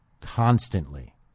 constantly